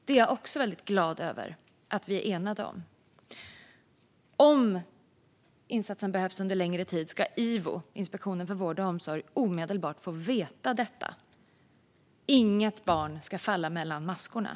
Det är jag också mycket glad över att vi är eniga om. Om insatsen behövs under längre tid ska IVO, Inspektionen för vård och omsorg, omedelbart få veta detta. Inget barn ska falla mellan maskorna.